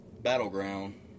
Battleground